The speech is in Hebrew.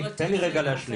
תן לי רגע להשלים,